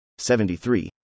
73